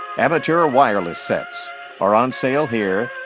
amateur wireless sets are on sale here,